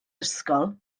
ysgol